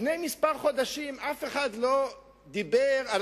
לפני כמה חודשים אף אחד לא דיבר על